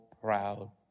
proud